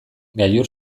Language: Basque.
gailur